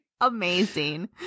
Amazing